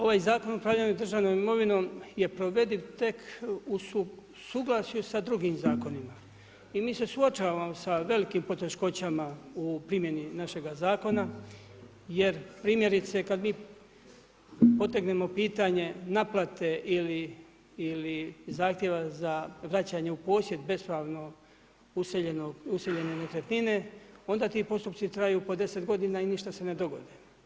Ovaj Zakon o upravljanju državnom imovinom je provediv tek u suglasju sa drugim zakonima i mi se suočavamo sa velikim poteškoćama u primjeni našega zakona jer primjerice kad mi potegnemo pitanje naplate ili zahtjeva za vraćanje u posjed bespravno useljene nekretnine, onda ti postupci traju po 10 godina i ništa se ne dogodi.